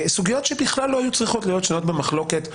סוגיות שבכלל לא היו צריכות להיות שנויות במחלוקת פוליטית.